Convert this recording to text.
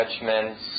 judgments